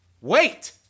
Wait